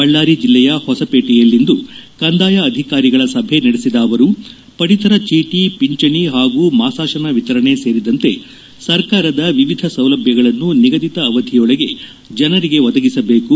ಬಳ್ಳಾರಿ ಜಿಲ್ಲೆಯ ಹೊಸಪೇಟೆಯಲ್ಲಿಂದು ಕಂದಾಯ ಅಧಿಕಾರಿಗಳ ಸಭೆ ನಡೆಸಿದ ಅವರು ಪಡಿತರಚೀಟಿ ಪಿಂಚಣಿ ಹಾಗೂ ಮಾತಾಸನ ವಿತರಣೆ ಸೇರಿದಂತೆ ಸರ್ಕಾರದ ವಿವಿಧ ಸೌಲಭ್ಯಗಳನ್ನು ನಿಗದಿತ ಅವಧಿಯೊಳಗೆ ಜನರಿಗೆ ಒದಗಿಸಬೇಕು